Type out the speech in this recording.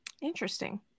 Interesting